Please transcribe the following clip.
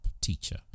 teacher